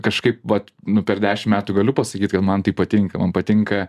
kažkaip vat nu per dešim metų galiu pasakyt kad man tai patinka man patinka